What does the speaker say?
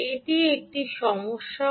এটি একটি সমস্যাও